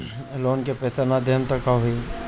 Loan का पैस न देहम त का होई?